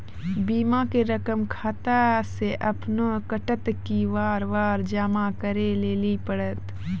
बीमा के रकम खाता से अपने कटत कि बार बार जमा करे लेली पड़त?